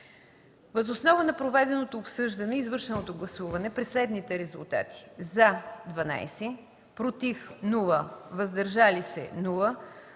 Въз основа на проведеното обсъждане и извършеното гласуване при следните резултати: „за” – 12, без „против” и „въздържали се”,